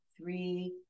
three